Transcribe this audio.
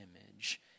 image